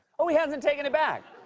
oh, he hasn't taken it back?